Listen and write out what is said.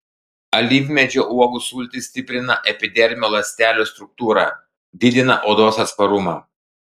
alyvmedžio uogų sultys stiprina epidermio ląstelių struktūrą didina odos atsparumą